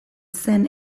zen